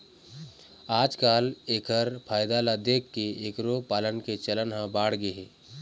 आजकाल एखर फायदा ल देखके एखरो पालन के चलन ह बाढ़गे हे